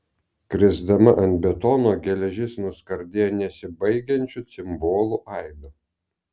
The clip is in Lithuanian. krisdama ant betono geležis nuskardėjo nesibaigiančiu cimbolų aidu